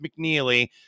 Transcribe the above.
McNeely